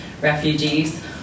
refugees